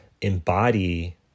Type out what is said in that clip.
embody